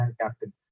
captain